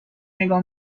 نگاه